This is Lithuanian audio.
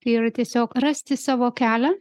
tai yra tiesiog rasti savo kelią